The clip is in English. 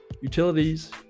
utilities